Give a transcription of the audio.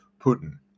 Putin